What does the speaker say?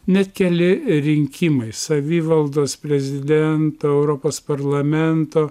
net keli rinkimai savivaldos prezidento europos parlamento